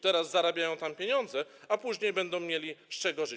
Teraz zarabiają tam pieniądze, a później będą mieli z czego żyć.